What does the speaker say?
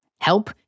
help